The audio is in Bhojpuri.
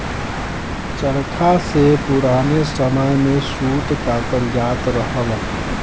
चरखा से पुराने समय में सूत कातल जात रहल